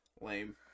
Lame